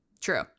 True